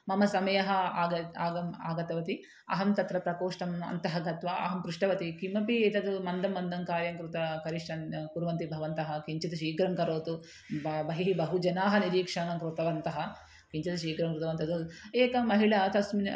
मम समयः आग आगम् आगतवती अहं तत्र प्रकोष्ठम् अन्तः गत्वा अहं पृष्टवती किमपि एतद् मन्दं मन्दं कार्यं कृतं करिष्यन् कुर्वन्ति भवन्तः किञ्चित् शीघ्रं करोतु ब बहिः बहु जनाः निरीक्षणं कृतवन्तः किञ्चित् शीघ्रं कृतवन्तः तद् एकं महिला तस्मिन्